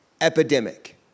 epidemic